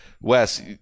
Wes